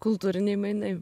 kultūriniai mainai